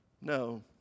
no